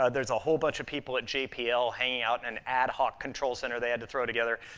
ah there's a whole bunch of people at jpl hanging out in an ad hoc control center they had to throw together,